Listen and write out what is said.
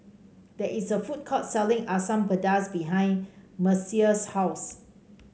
there is a food court selling Asam Pedas behind Mercer's house